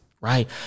Right